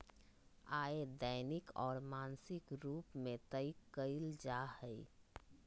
आय दैनिक और मासिक रूप में तय कइल जा हइ